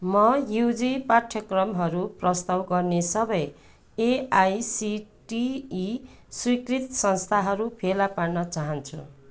म युजी पाठ्यक्रमहरू प्रस्ताव गर्ने सबै एआइसिटिई स्वीकृत संस्थाहरू फेला पार्न चाहन्छु